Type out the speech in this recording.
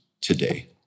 today